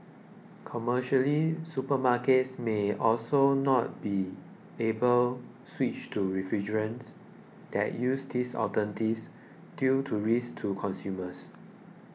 commercially supermarkets may also not be able switch to refrigerants that use these alternatives due to risks to consumers